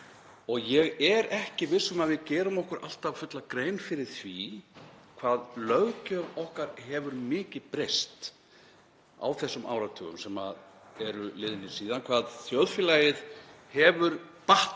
Ég er ekki viss um að við gerum okkur alltaf fulla grein fyrir því hvað löggjöf okkar hefur mikið breyst á þessum áratugum sem eru liðnir síðan, hvað þjóðfélagið hefur batnað